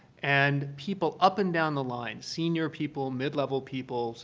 and people up and down the line, senior people, mid level people,